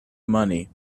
money